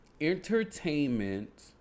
entertainment